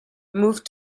moved